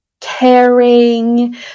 caring